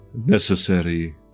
necessary